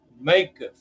make